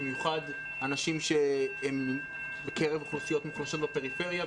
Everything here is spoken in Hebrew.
במיוחד אנשים שהם מקרב אוכלוסיות מוחלשות בפריפריה,